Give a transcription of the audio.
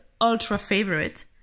ultra-favorite